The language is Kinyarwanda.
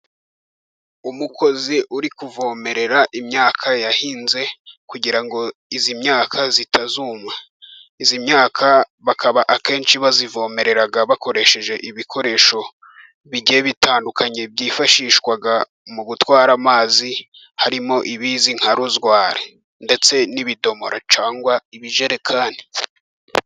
Umukozi uri kuvomerera imyaka yahinze, kugira ngo iyi myaka itazuma. Iyi myaka bakaba akenshi bayivomerera bakoresheje ibikoresho bigiye bitandukanye byifashishwa mu gutwara amazi, harimo ibizwi nka rozwari. Ndetse n'ibidomora cyangwa ibijerekani.